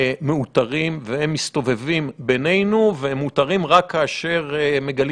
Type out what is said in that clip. מאותרים והם מסתובבים בינינו ומאותרים רק כאשר מגלים